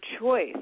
choice